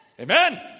Amen